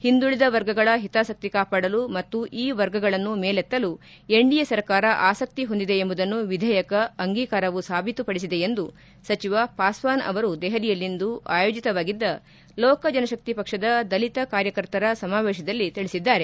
ಹಿಂದುಳದ ವರ್ಗಗಳ ಹಿತಾಸಕ್ತಿ ಕಾಪಾಡಲು ಮತ್ತು ಈ ವರ್ಗಗಳನ್ನು ಮೇಲೆತ್ತಲು ಎನ್ಡಿಎ ಸರ್ಕಾರ ಆಸಕ್ತಿ ಹೊಂದಿದೆ ಎಂಬುದನ್ನು ವಿಧೇಯಕ ಅಂಗೀಕಾರವು ಸಾಬೀತುಪಡಿಸಿದೆ ಎಂದು ಸಚಿವ ಪಾಸ್ವಾನ್ ಅವರು ದೆಹಲಿಯಲ್ಲಿಂದು ಆಯೋಜಿತವಾಗಿದ್ದ ಲೋಕ ಜನಶಕ್ತಿ ಪಕ್ಷದ ದಲಿತ ಕಾರ್ಯಕರ್ತರ ಸಮಾವೇತದಲ್ಲಿ ತಿಳಿಸಿದ್ದಾರೆ